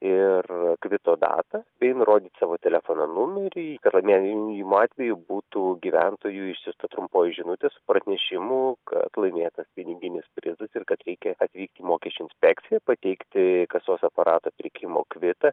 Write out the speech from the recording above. ir kvito datą bei nurodyt savo telefono numerį kad laimėjimo atveju būtų gyventojui išsiųsta trumpoji žinutė su pranešimu kad laimėtas piniginis prizas ir kad reikia atvykt į mokesčių inspekciją pateikti kasos aparato pirkimo kvitą